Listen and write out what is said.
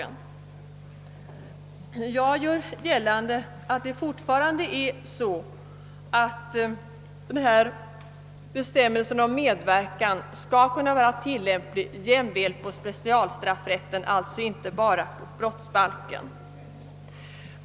Jag gör gällande att denna bestämmelse om medverkan bör vara tillämplig jämväl på specialstraffrätten och alltså inte bara på brottsbalken.